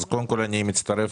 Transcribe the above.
אני רוצה לדעת